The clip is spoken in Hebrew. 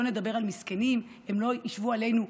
לא נדבר על מסכנים, הם לא ישבו עלינו,